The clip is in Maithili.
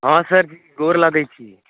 हँ सर गोर लगैत छी